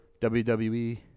wwe